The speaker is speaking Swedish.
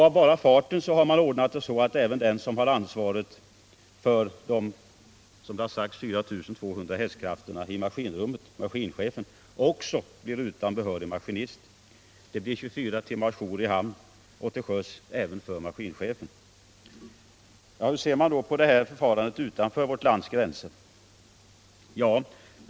Av bara farten har man vidare ordnat det så att den som har ansvaret för de, som det har sagts, 4 200 hästkrafterna i maskinrummet — maskinchefen — också blir utan behörig maskinist! Det blir 24 timmars jour i hamn och till sjöss även för maskinchefen. Hur ser man då på det här förfarandet utanför vårt lands gränser?